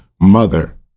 mother